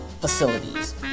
facilities